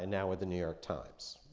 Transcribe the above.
and now with the new york times.